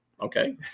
Okay